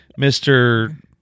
Mr